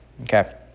okay